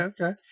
Okay